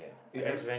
eh are you